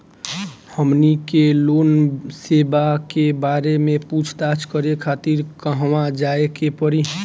हमनी के लोन सेबा के बारे में पूछताछ करे खातिर कहवा जाए के पड़ी?